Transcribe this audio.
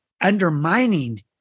undermining